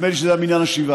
נדמה לי שזה מניין השבעה.